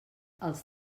els